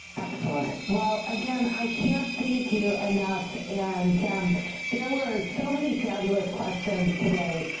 excellent. well, again, i can't thank you enough. and there were so many fabulous questions today.